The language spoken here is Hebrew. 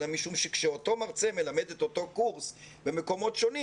משום שכאשר אותו מרצה מלמד את אותו קורס במקומות שונים,